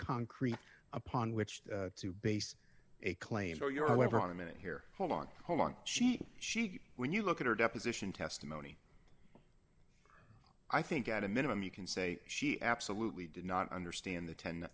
concrete upon which to base a claim or your however on a minute here hold on hold on she she when you look at her deposition testimony i think at a minimum you can say she absolutely did not understand the